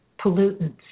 pollutants